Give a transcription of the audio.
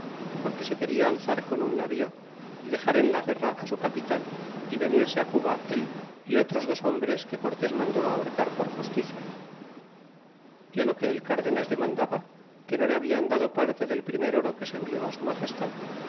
porque se quena alzar con un navío y dexar en la guerra fi su capitan y venirse fi cuba él y otros dos hombres que cortés mandó ahorcar por justicia e fi lo que el cardenas demandaba que no le hablan dado parte del primer oro que se envió fi su